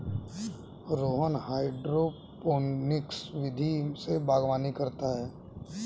Rohan hydroponics विधि से बागवानी करता है